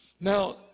Now